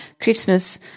Christmas